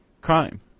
crime